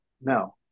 No